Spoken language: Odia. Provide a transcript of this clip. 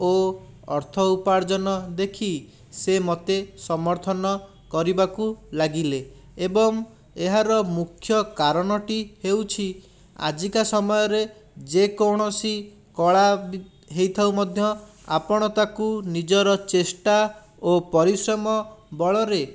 ଓ ଅର୍ଥ ଉପାର୍ଜନା ଦେଖି ସେ ମୋତେ ସମର୍ଥନ କରିବାକୁ ଲାଗିଲେ ଏବଂ ଏହାର ମୁଖ୍ୟ କାରଣଟି ହେଉଛି ଆଜିକା ସମୟରେ ଯେକୌଣସି କଳା ହେଇଥାଉ ମଧ୍ୟ ଆପଣ ତାକୁ ନିଜର ଚେଷ୍ଟା ଓ ପରିଶ୍ରମ ବଳରେ